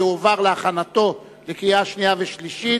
אדוני השר?